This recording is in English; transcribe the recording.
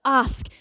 ask